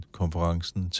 konferencen